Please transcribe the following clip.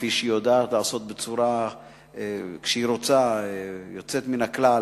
כפי שכשהיא רוצה היא יודעת בצורה יוצאת מן הכלל